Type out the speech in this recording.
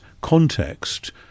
context